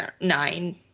nine